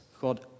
God